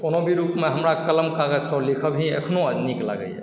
कोनो भी रूपमे हमरा कलम कागजसँ लिखयमे एखनो नीक लागैए